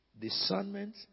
discernment